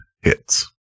hits